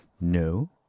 no